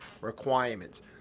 requirements